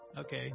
Okay